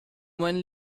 meinen